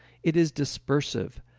it is dispersive,